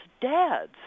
dads